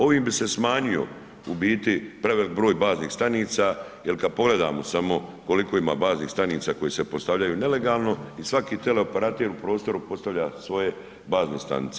Ovim bi se smanjio u biti prevelik broj baznih stanica jer kad pogledamo samo koliko ima baznih stanica koje se postavljaju nelegalno i svaki teleoperater u prostoru postavlja svoje bazne stanice.